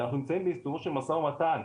שאנחנו נמצאים בעיצומו של משא ומתן,